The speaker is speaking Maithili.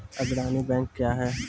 अग्रणी बैंक क्या हैं?